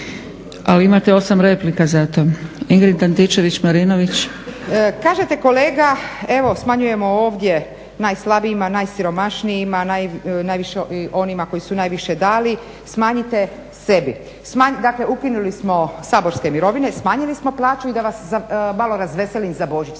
ali imate 8 replika zato. Ingrid Antičević-Marinović. **Antičević Marinović, Ingrid (SDP)** Kažete kolega evo smanjujemo ovdje naslabijima, najsiromašnijima, najviše onima koji su najviše dali, smanjite sebi. Dakle, ukinuli smo saborske mirovine, smanjili smo plaću i da vas malo razveselim za Božić